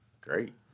Great